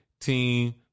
team